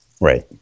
Right